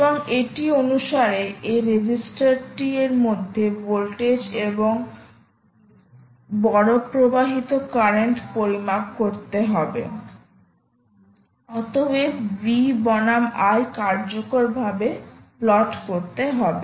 এবং এটি অনুসারে এই রেজিস্টারটি এর মধ্যে ভোল্টেজ এবং বরপ্রবাহিত কারেন্ট পরিমাপ করতে হবেঅতএব V বনাম I কার্যকরভাবে প্লট করতে হবে